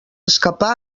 escapar